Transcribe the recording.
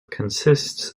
consists